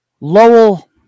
Lowell